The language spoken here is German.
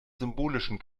symbolischen